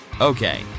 Okay